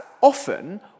often